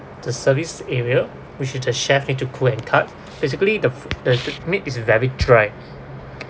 the service area which is the chef need to cook and cut basically the fo~ the the meat is very dry